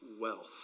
wealth